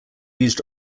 used